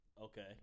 Okay